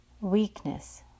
weakness